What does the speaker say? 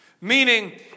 Meaning